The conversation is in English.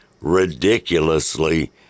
ridiculously